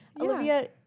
Olivia